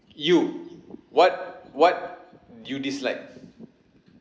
you what what do you dislike